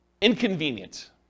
inconvenient